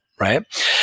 Right